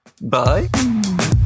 Bye